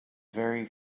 very